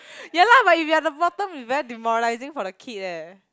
ya lah but if you at the bottom you very demoralizing for the kid eh